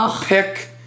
pick